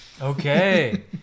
okay